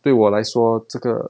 对我来说这个